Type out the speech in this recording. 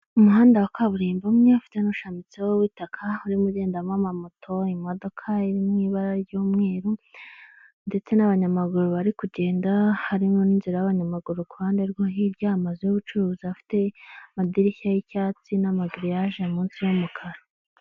Umuhanda wa kaburimbo umwe, afite n'ushamitseho w'itaka, urimo ugendamo amamoto, imodoka iri mu ibara ry'umweru ndetse n'abanyamaguru bari kugenda, harimo n'inzira y'abanyamaguru ku ruhande rwo hirya, amazu y'ubucuruzi afite amadirishya y'icyatsi n'amagiriyaje munsi y'umukara.